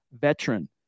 Veteran